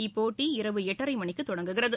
இப்போட்டி இரவு எட்டரை மணிக்கு தொடங்குகிறது